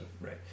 Right